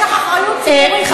יש לך אחריות ציבורית, זה הכול.